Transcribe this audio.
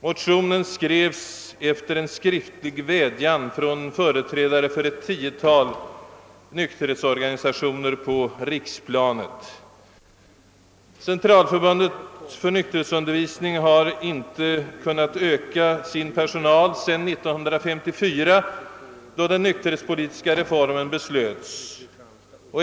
Motionen tillkom efter en skriftlig vädjan från företrädare för ett tiotal nykterhetsorganisationer på riksplanet. Centralförbundet för nykterhetsundervisning har inte kunnat öka sin personal sedan 1954, då beslut fattades om den stora nykterhetspolitiska reformen.